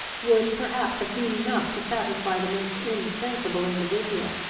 would perhaps have been enough to satisfy the most insensible individual,